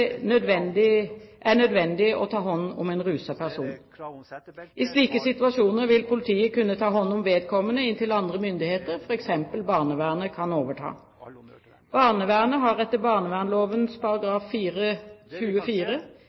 er nødvendig å ta hånd om en ruset person. I slike situasjoner vil politiet kunne ta hånd om vedkommende inntil andre myndigheter, f.eks. barnevernet, kan overta. Barnevernet har etter